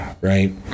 right